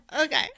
Okay